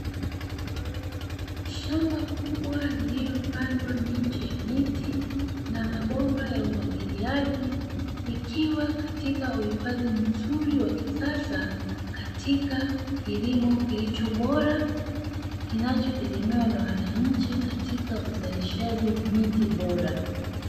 Shamba kubwa lililopandwa miche ya miti na mabomba ya umwagiliaji ikiwa katika uhifadhi mzuri wa kisasa, katika kilimo kilichobora kinachotegemewa na wananchi katika uzalishaji wa miti bora.